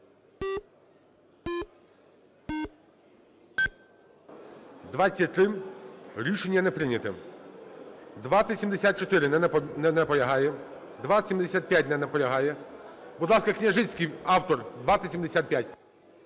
За-23 Рішення не прийнято. 2074. Не наполягає. 2075. Не наполягає. Будь ласка, Княжицький, автор. 2075.